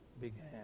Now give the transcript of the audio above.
began